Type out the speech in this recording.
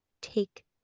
Take